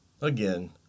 Again